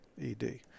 ED